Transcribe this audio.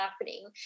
happening